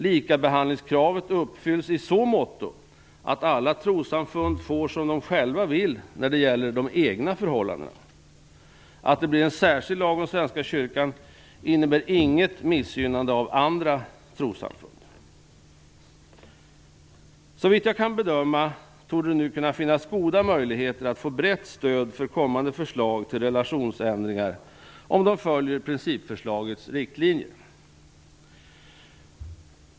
Likabehandlingskravet uppfylls i så måtto att alla trossamfund får som de själva vill när det gäller de egna förhållandena. Att det blir en särskild lag om Svenska kyrkan innebär inget missgynnande av andra trossamfund. Såvitt jag kan bedöma torde det nu kunna finnas goda möjligheter att få brett stöd för kommande förslag till relationsändringar, om de följer principförslagets riktlinjer.